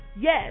Yes